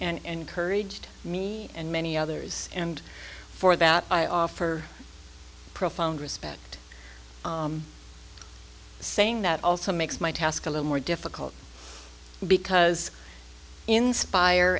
and courage to me and many others and for that i offer profound respect saying that also makes my task a little more difficult because inspire